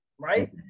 right